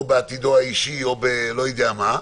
או בעתידו האישי או לא יודע במה,